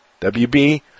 WB